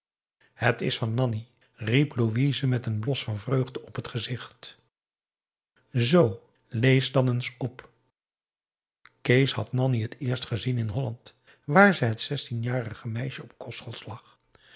het is van nanni riep louise met een blos van vreugde op het gezicht zoo lees dan eens op kees had nanni het eerst gezien in holland waar het zestienjarige meisje op kostschool lag